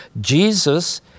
Jesus